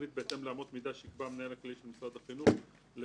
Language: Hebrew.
להחליט בהתאם לאמות מידה שיקבע המנהל הכללי של משרד החינוך לפי